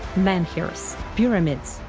menhirs, pyramids,